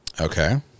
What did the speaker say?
Okay